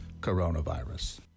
coronavirus